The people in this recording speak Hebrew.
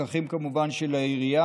והפקחים הם כמובן של העירייה,